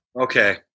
okay